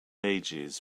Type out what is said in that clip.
ages